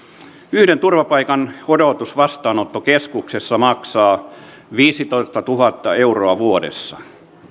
yhden turvapaikan odotus vastaanottokeskuksessa maksaa viisitoistatuhatta euroa vuodessa